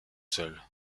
seule